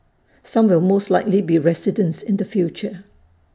some will most likely be residents in the future